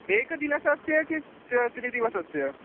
एकदिनस्य कित् त्रिदिवसस्य